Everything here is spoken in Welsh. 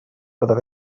byddai